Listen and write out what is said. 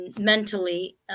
mentally